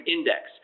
Index